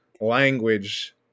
language